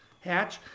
hatch